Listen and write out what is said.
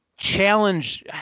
Challenge